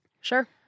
Sure